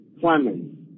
Clemens